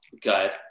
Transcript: good